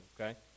okay